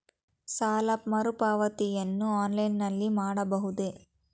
ಸಾಲ ಮರುಪಾವತಿಯನ್ನು ಆನ್ಲೈನ್ ನಲ್ಲಿ ಮಾಡಬಹುದೇ?